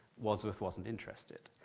wadsworth wasn't interested.